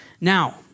Now